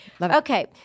Okay